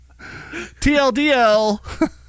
TLDL